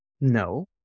No